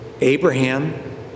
Abraham